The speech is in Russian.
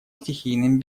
стихийным